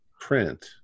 print